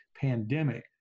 pandemic